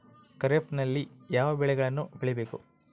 ಖಾರೇಫ್ ನಲ್ಲಿ ಯಾವ ಬೆಳೆಗಳನ್ನು ಬೆಳಿಬೇಕು?